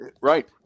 Right